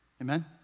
amen